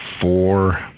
four